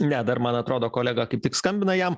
ne dar man atrodo kolega kaip tik skambina jam